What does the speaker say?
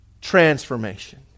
transformation